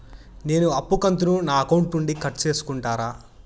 నేను అప్పు కంతును నా అకౌంట్ నుండి కట్ సేసుకుంటారా?